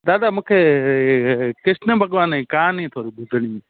दादा मूंखे कृष्ण भॻवानु जी कहानी थोरी ॿुधणी हुई